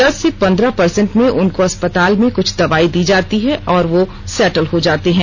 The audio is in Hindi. दस से पंद्रह पर्सेंट में उनको अस्पताल में कुछ दवाई दी जाती है और वो सैटल हो जाते हैं